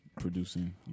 producing